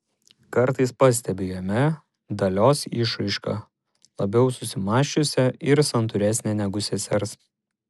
kartais pastebiu jame dalios išraišką labiau susimąsčiusią ir santūresnę negu sesers